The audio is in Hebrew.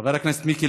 חבר הכנסת מיקי